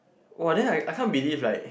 [wah] then I I can't believe like